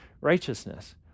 righteousness